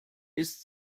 ist